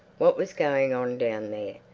what was going on down there?